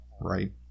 right